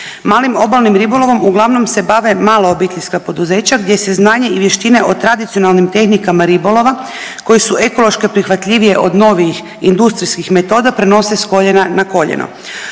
Malim obalnim ribolovom uglavnom se bave mala obiteljska poduzeća gdje se znanje i vještine o tradicionalnim tehnikama ribolova koji se ekološki prihvatljivije od novijih industrijskih metoda prenose s koljena na koljeno.